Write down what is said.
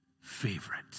favorite